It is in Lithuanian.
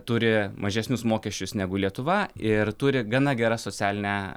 turi mažesnius mokesčius negu lietuva ir turi gana gera socialinę